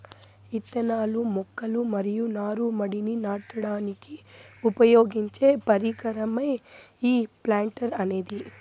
ఇత్తనాలు, మొక్కలు మరియు నారు మడిని నాటడానికి ఉపయోగించే పరికరమే ఈ ప్లాంటర్ అనేది